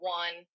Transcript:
one